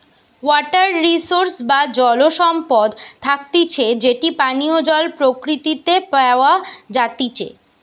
water resource বা জল সম্পদ থাকতিছে যেটি পানীয় জল প্রকৃতিতে প্যাওয়া জাতিচে